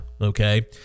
okay